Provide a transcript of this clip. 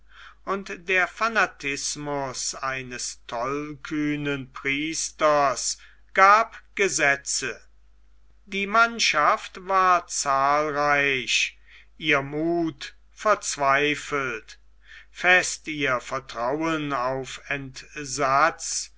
und der fanatismus eines tollkühnen priesters gab gesetze die mannschaft war zahlreich ihr muth verzweifelt fest ihr vertrauen auf entsatz